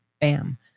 Bam